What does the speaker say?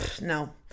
No